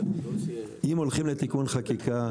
אם הולכים לתיקון חקיקה,